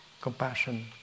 compassion